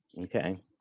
Okay